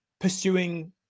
pursuing